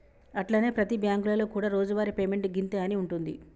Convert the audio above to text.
అట్లనే ప్రతి బ్యాంకులలో కూడా రోజువారి పేమెంట్ గింతే అని ఉంటుంది